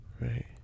Right